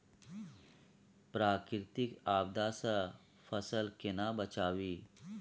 प्राकृतिक आपदा सं फसल केना बचावी?